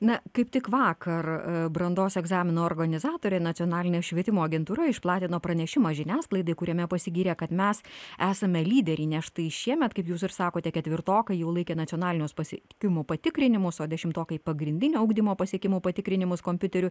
na kaip tik vakar brandos egzamino organizatorė nacionalinė švietimo agentūra išplatino pranešimą žiniasklaidai kuriame pasigyrė kad mes esame lyderiai nes štai šiemet kaip jūs sakote ketvirtokai jau laikė nacionalinius pasiekimų patikrinimus o dešimtokai pagrindinio ugdymo pasiekimų patikrinimus kompiuteriu